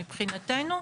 מבחינתנו,